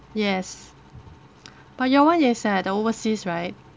yes but your one is at overseas right